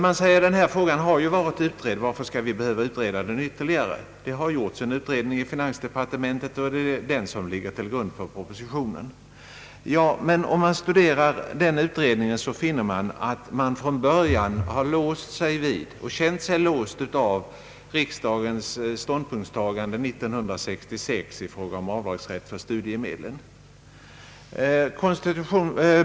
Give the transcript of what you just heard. Man säger att denna fråga tidigare har utretts och frågar varför den behöver utredas ytterligare. Det har gjorts en utredning i finansdepartementet, och det är den som ligger till grund för propositionen. Denna utredning har dock tydligen känt sig låst av riksdagens ställningstagande år 1966 i fråga om avdragsrätt för studiemedel.